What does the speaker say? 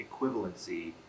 equivalency